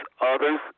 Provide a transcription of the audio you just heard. Others